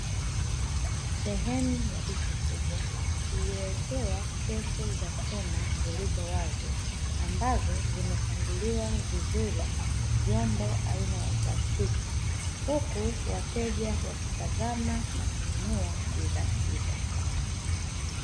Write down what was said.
Sehemu ya duka kubwa iliyowekewa shelfu za chuma zilizo wazi, ambazo zimepangiliwa vizuri vyombo aina ya plastiki, huku wateja wakitazama na kununua bidhaa hizo.